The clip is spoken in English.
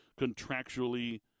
contractually